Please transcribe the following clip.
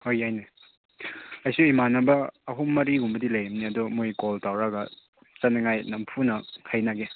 ꯍꯣꯏ ꯌꯥꯏꯅꯦ ꯑꯩꯁꯨ ꯏꯃꯥꯟꯅꯕ ꯑꯍꯨꯝ ꯃꯔꯤꯒꯨꯝꯕꯗꯤ ꯂꯩꯒꯅꯤ ꯑꯗꯨ ꯃꯈꯣꯏ ꯀꯣꯜ ꯇꯧꯔꯒ ꯆꯠꯅꯤꯡꯉꯥꯏ ꯅꯝꯐꯨꯅ ꯍꯥꯏꯅꯒꯦ